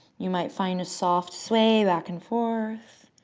you might find a soft sway back and forth.